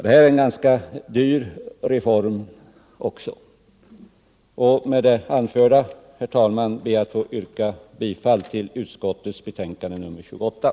Det är dessutom en ganska dyr reform.